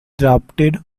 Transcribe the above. drafted